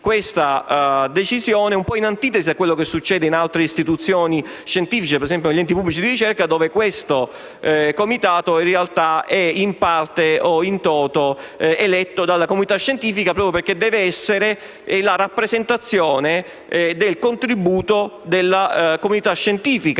siffatta decisione un po' in antitesi rispetto a quello che succede in altre istituzioni scientifiche, come ad esempio negli enti pubblici di ricerca, dove questo comitato è, in parte o *in toto*, eletto dalla comunità scientifica, proprio perché deve essere la rappresentazione del contributo della comunità scientifica